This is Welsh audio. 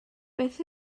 beth